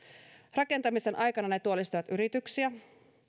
rakentamisen aikana ne työllistävät yrityksiä